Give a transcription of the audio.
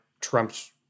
Trump's